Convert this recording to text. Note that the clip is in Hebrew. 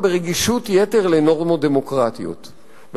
ברגישות-יתר לנורמות דמוקרטיות,